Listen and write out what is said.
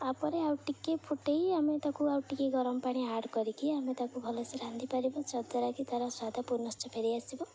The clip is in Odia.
ତା'ପରେ ଆଉ ଟିକେ ଫୁଟାଇ ଆମେ ତାକୁ ଆଉ ଟିକେ ଗରମ ପାଣି ଆଡ଼ କରିକି ଆମେ ତାକୁ ଭଲ ସେ ରାନ୍ଧିପାରିବୁ ଯଦ୍ୱାରା କି ତା'ର ସ୍ୱାଦ ପୁନଶ୍ଚ ଫେରି ଆସିବ